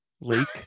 lake